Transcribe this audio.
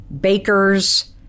bakers